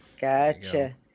gotcha